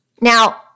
Now